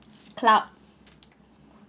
club